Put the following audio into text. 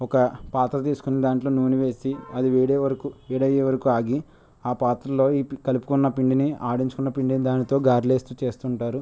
ఒక పాత్ర తీసుకొని దాంట్లో నూనె వేసి అది వేడే వరకు వేడయ్యే వరకు ఆగి ఆ పాత్రలో ఈ కలుపుకున్న పిండిని ఆడించుకున్న పిండిని దానితో గారాలు వేస్తూ చేస్తుంటారు